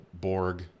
borg